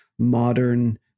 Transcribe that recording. modern